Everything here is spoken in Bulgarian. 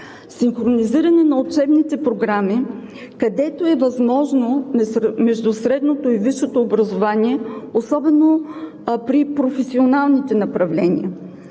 Синхронизиране на учебните програми, където е възможно, между средното и висшето образование, особено при професионалните направления.